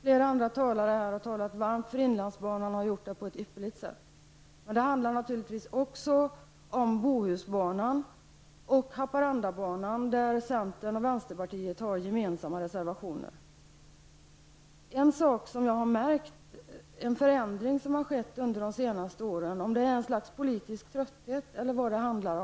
Flera andra talare har här talat varmt för inlandsbanan och har gjort det på ett ypperligt sätt. Men det handlar naturligtvis också om Bohusbanan och Jag har lagt märke till en förändring under de senaste åren -- jag har inte kunnat utröna om den beror på politisk trötthet eller något annat.